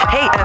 Hey